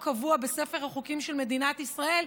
חוק קבוע בספר החוקים של מדינת ישראל,